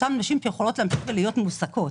אותן נשים שיכולות להמשיך ולהיות מועסקות.